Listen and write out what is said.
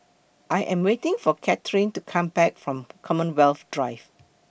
I Am waiting For Katherine to Come Back from Commonwealth Drive